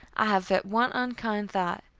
i have but one unkind thought,